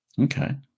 Okay